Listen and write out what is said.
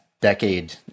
decade